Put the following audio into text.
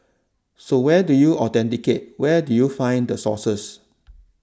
so where do you authenticate where do you find the sources